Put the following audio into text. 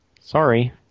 sorry